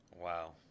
Wow